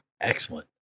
Excellent